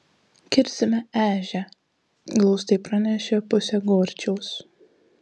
kirsime ežią glaustai pranešė pusė gorčiaus